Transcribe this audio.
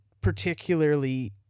particularly